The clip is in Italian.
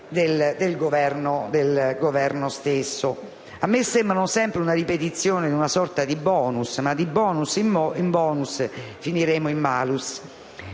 del Governo, che a me sembrano sempre una ripetizione di una sorta di *bonus*, ma di *bonus* in *bonus* finiremo in *malus*.